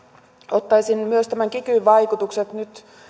ottaisin myös tämän kikyn vaikutukset nyt